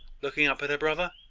looking up at her brother.